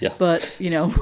yeah but, you know,